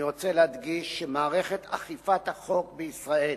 אני רוצה להדגיש שמערכת אכיפת החוק בישראל